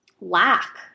lack